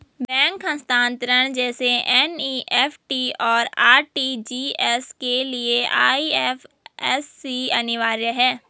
bank हस्तांतरण जैसे NEFT, और आर.टी.जी.एस के लिए आई.एफ.एस.सी अनिवार्य है